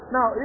Now